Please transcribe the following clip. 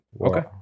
Okay